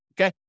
Okay